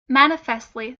manifestly